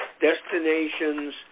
destinations